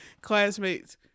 classmates